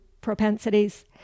propensities